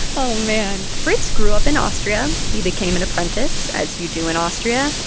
oh, man fritz grew up in austria. he became an apprentice, as you do in austria.